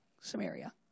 Samaria